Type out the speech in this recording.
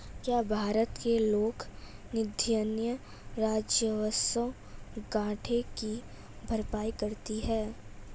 क्या भारत के लोक निधियां राजस्व घाटे की भरपाई करती हैं?